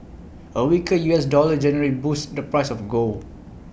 A weaker U S dollar generally boosts the price of gold